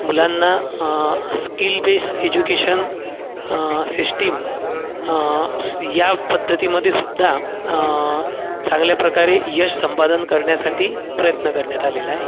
मुलांना skill base education system स या पद्धतीमध्ये सुद्धा चांगल्या प्रकारे यश संपादन करण्यासाठी प्रयत्न करण्यात आलेला आहे